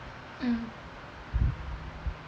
mm